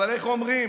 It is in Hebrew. אבל איך אומרים,